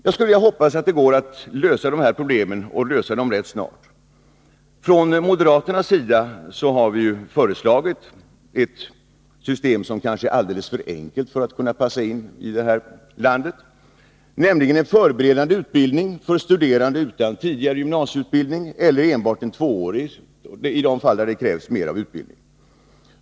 Jag hoppas att det går att lösa dessa problem och att göra det rätt snart. Moderaterna har föreslagit ett system som kanske är alldeles för enkelt för Nr 21 att kunna passa i det här landet, nämligen en förberedande utbildning för Måndagen den studerande utan tidigare gymnasieutbildning eller med enbart en tvåårig 8 november 1982 sådan, i de fall där det krävs mer utbildning.